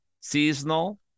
seasonal